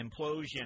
implosion